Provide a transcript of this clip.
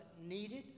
needed